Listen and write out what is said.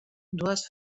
dues